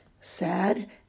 sad